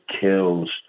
kills